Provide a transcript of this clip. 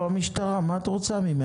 היא לא משטרה, מה את רוצה ממנה?